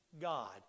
God